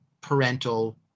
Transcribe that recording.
parental